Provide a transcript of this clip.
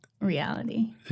reality